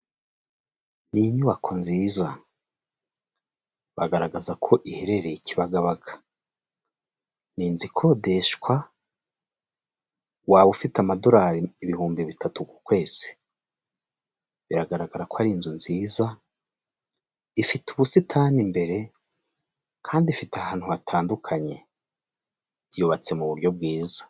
Ni inyubako nziza bagaragaza ko iherereye Kibabaga, ni inzu ikodeshwa waba ufite amadolari ibihumbi bitatu ku kwezi, biragaragara ko ari inzu nziza ifite ubusitani imbere, kandi ifite ahantu hatandukanye yubatse mu buryo bwiza.